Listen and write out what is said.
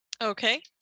Okay